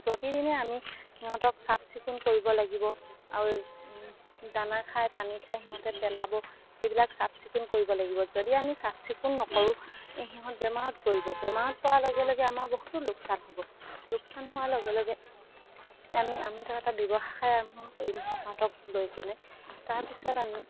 প্ৰতিদিনে আমি সিহঁতক চাফ চিকুণ কৰিব লাগিব আৰু দানা খাই পানী খাই সিহঁতে পেলাব সেইবিলাক চাফ চিকুণ কৰিব লাগিব যদি আমি চাফ চিকুণ নকৰোঁ এই সিহঁত বেমাৰত পৰিব বেমাৰত পৰাৰ লগে লগে আমাৰ বহুতো লোকচান হ'ব লোকচান হোৱাৰ লগে লগে আমি আমি তাৰ এটা ব্যৱসায় আৰম্ভ কৰিম সিহঁতক লৈ কেনে তাৰপিছত আমি